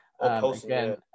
again